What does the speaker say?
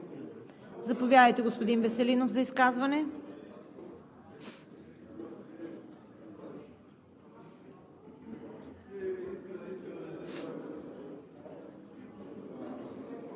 Заповядайте, господин Вельов, за изказване.